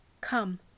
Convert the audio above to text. Come